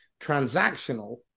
transactional